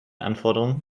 anforderungen